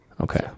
Okay